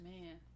Man